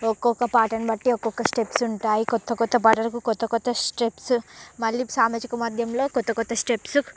ఒక్కొక్క పాటను బట్టి ఒక్కొక్క స్టెప్స్ ఉంటాయి కొత్త కొత్త పాటలకు కొత్త కొత్త స్టెప్స్ మళ్ళీ సామాజిక మాధ్యమంలో కొత్త కొత్త స్టెప్స్